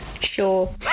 Sure